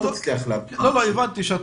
הבנתי.